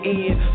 end